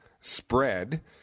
spread